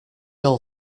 all